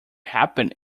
happen